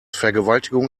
vergewaltigung